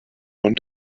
want